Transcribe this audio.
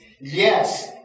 Yes